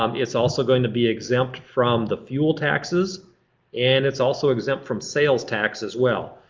um it's also going to be exempt from the fuel taxes and it's also exempt from sales tax as well.